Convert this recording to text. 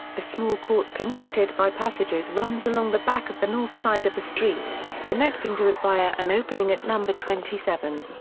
a small court connected by passages runs along the back of the north side of the street, connecting to it via an opening at no. twenty seven.